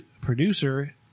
producer